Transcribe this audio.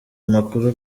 makuru